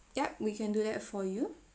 yup we can do that for you